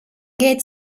geht